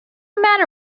matter